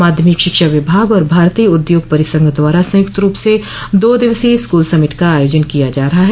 माध्यमिक शिक्षा विभाग और भारतीय उद्योग परिसंघ द्वारा संयुक्त रूप स दो दिवसीय स्कूल समिट का आयोजन किया जा रहा है